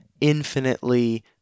infinitely